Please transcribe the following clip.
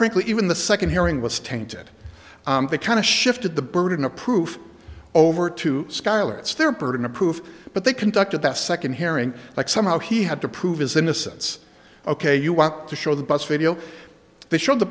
lly even the second hearing was tainted they kind of shifted the burden of proof over to schuyler it's their burden to prove but they conducted that second hearing like somehow he had to prove his innocence ok you want to show the bus video they showed the